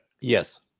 yes